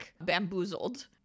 bamboozled